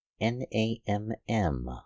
n-a-m-m